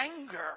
anger